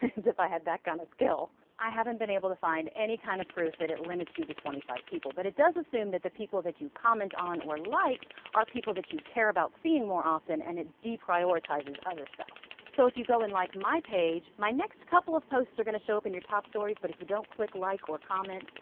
as if i had that skill i haven't been able to find any kind of proof that it limits you to twenty five people, but it does assume that the people that you comment on or like are people that you care about seeing more often, and it de-prioritizes other stuff. so, if you go and like my page, my next couple of posts are gonna show up in your top stories. but if you don't click like or comment,